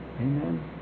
Amen